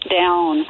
down